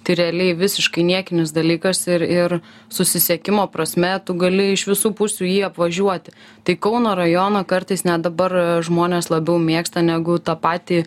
tai realiai visiškai niekinis dalykas ir ir susisiekimo prasme tu gali iš visų pusių jį apvažiuoti tai kauno rajoną kartais net dabar žmonės labiau mėgsta negu tą patį